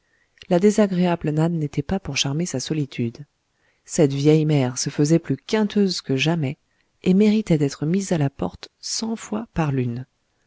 la désagréable nan n'était pas pour charmer sa solitude cette vieille mère se faisait plus quinteuse que jamais et méritait d'être mise à la porte cent fois par lune